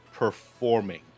performing